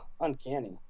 uncanny